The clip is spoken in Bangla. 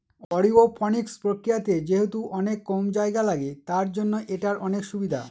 অরওপনিক্স প্রক্রিয়াতে যেহেতু অনেক কম জায়গা লাগে, তার জন্য এটার অনেক সুবিধা